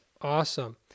awesome